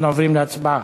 אנחנו עוברים להצבעה.